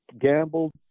gambled